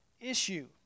issue